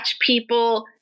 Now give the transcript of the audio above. people